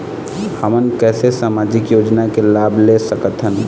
हमन कैसे सामाजिक योजना के लाभ ले सकथन?